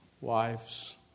wives